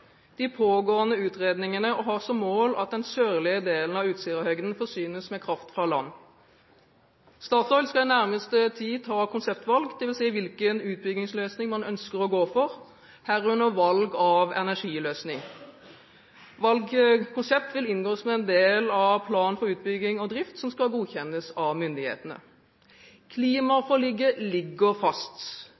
de pågående utredningene og har som mål at den sørlige delen av Utsirahøyden forsynes med kraft fra land. Statoil skal i nærmeste tid ta konseptvalg, dvs. hvilken utbyggingsløsning man ønsker å gå for, herunder valg av energiløsning. Konseptvalget vil inngå som en del av planen for utbygging og drift, som skal godkjennes av myndighetene. Klimaforliket ligger fast.